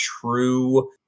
true